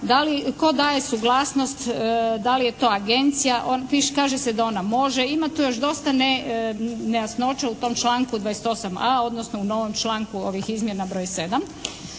tko daje suglasnost, da li je to agencija, kaže se da ona može. Ima tu još dosta nejasnoća u tom članku 28.a odnosno u novom članku ovih izmjena broj 7.